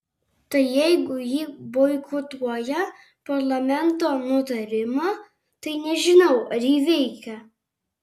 tai jeigu ji boikotuoja parlamento nutarimą tai nežinau ar ji veikia